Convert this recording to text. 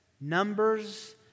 Numbers